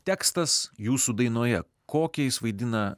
tekstas jūsų dainoje kokį jis vaidina